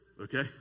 Okay